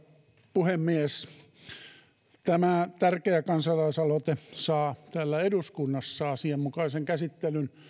puhemies tämä tärkeä kansalaisaloite saa täällä eduskunnassa asianmukaisen käsittelyn